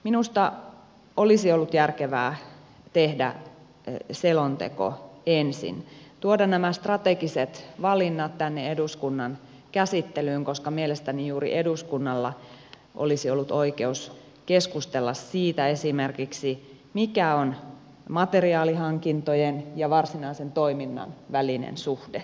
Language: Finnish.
minusta olisi ollut järkevää tehdä selonteko ensin tuoda nämä strategiset valinnat tänne eduskunnan käsittelyyn koska mielestäni juuri eduskunnalla olisi ollut oikeus keskustella esimerkiksi siitä mikä on materiaalihankintojen ja varsinaisen toiminnan välinen suhde